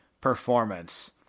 performance